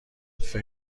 فکر